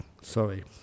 Sorry